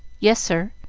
yes, sir.